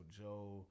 Joe